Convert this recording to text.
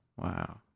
Wow